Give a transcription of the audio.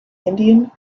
indian